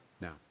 Now